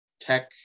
tech